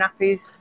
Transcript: nappies